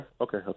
Okay